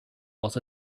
was